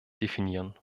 definieren